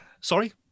Sorry